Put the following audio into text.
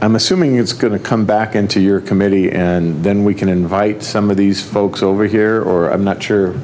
i'm assuming it's going to come back into your committee and then we can invite some of these folks over here or i'm not sure